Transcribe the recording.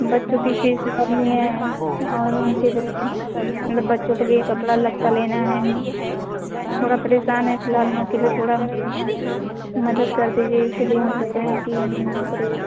बच्चों की फ़ीस भरनी है और उनके मतलब बच्चों के लिए कपड़ा लत्ता लेना है थोड़ा परेशान हैं फ़िलहाल मौक़े पर थोड़ा मदद कर दीजिए इसीलिए हम कह रहे हैं कि हमें नौकरी